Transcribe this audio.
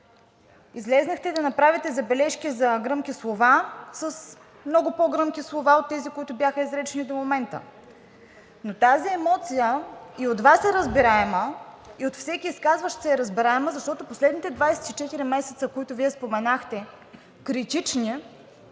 Излязохте да направите забележки за гръмки слова с много по-гръмки слова от тези, които бяха изречени до момента. Но тази емоция и от Вас е разбираема, и от всеки изказващ се е разбираема, защото последните 24 месеца, които Вие споменахте – критични,